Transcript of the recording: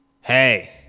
Hey